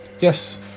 yes